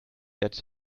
that